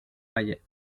valle